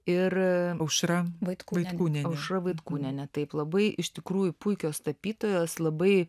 ir aušra vaitkūnienė aušra vaitkūnienė taip labai iš tikrųjų puikios tapytojos labai